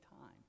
time